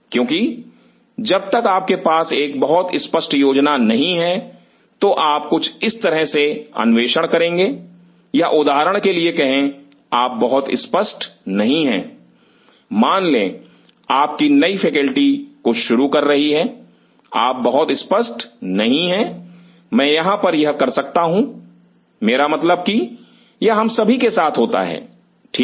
क्योंकि जब तक आपके पास एक बहुत स्पष्ट योजना नहीं है तो आप कुछ इस तरह से अन्वेषण करेंगे या उदाहरण के लिए कहें आप बहुत स्पष्ट नहीं हैं मान लें आपकी नई फैकेल्टी कुछ शुरू कर रही है आप बहुत स्पष्ट नहीं है मैं यहां पर यह कर सकता हूं मेरा मतलब कि यह हम सभी के साथ होता है ठीक